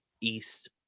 East